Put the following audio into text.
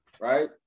right